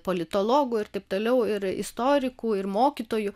politologų ir taip toliau ir istorikų ir mokytojų